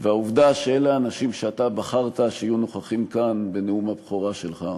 והעובדה שאלה האנשים שאתה בחרת שיהיו נוכחים כאן בנאום הבכורה שלך,